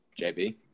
JB